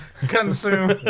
Consume